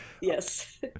yes